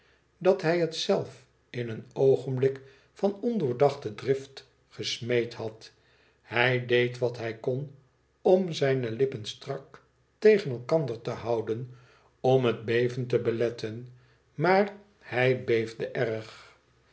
dat hij het zelf in een oogenblik van ondoordachte drift gesmeed had hij deed wat hij kon om zijne lippen strak tegen elkander te houden om het beven te beletten maar hij beefde erg